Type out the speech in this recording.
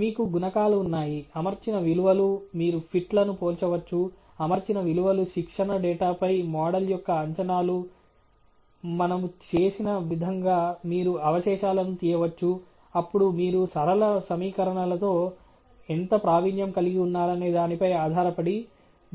మీకు గుణకాలు ఉన్నాయి అమర్చిన విలువలు మీరు ఫిట్లను పోల్చవచ్చు అమర్చిన విలువలు శిక్షణ డేటాపై మోడల్ యొక్క అంచనాలు మనము చేసిన విధంగా మీరు అవశేషాలను తీయవచ్చు అప్పుడు మీరు సరళ సమీకరణలతో ఎంత ప్రావీణ్యం కలిగి ఉన్నారనే దానిపై ఆధారపడి